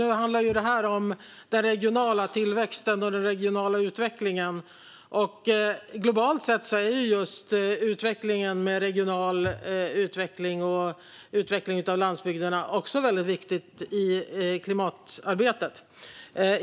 Nu handlar det här om den regionala tillväxten och den regionala utvecklingen, och globalt sett är just regional utveckling och utveckling av landsbygderna också väldigt viktiga saker i klimatarbetet.